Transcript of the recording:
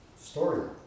story